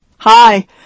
Hi